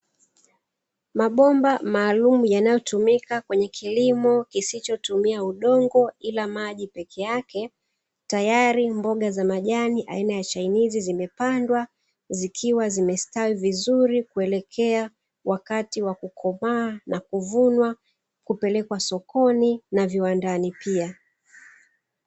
Mabomba maalumu yanayotumika kwenye kilimo kisichotumia udongo ila maji peke yake. Tayari mboga za majani aina ya chainizi zimepandwa zikiwa zimestawi vizuri, kuelekea wakati wa kukomaa na kuvunwa kupelekwa sokoni na viwandani pia.